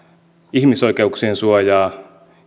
ihmisoikeuksien suojaa